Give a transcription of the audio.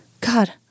God